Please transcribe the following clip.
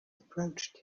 approached